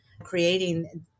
creating